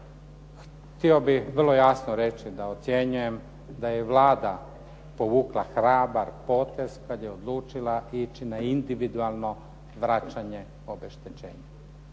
htio bih vrlo jasno reći da ocjenjujem da je Vlada povukla hrabar potez kad je odlučila ići na individualno vraćanje obeštećenja.